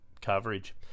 coverage